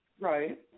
Right